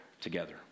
together